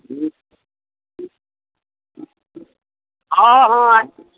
हँ हँ